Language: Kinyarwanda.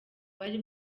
bari